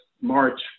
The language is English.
March